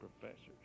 professors